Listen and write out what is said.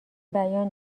بیان